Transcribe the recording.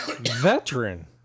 Veteran